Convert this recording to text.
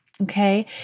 Okay